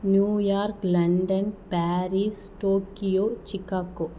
New York London Paris Tokyo Chicago